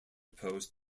post